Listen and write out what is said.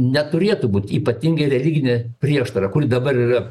neturėtų būt ypatingai religinė prieštara kuri dabar yra